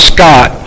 Scott